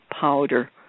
powder